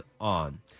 on